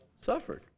Suffered